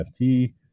NFT